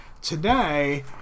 today